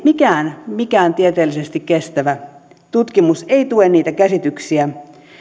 mikään mikään tieteellisesti kestävä tutkimus ei tue niitä käsityksiä